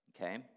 Okay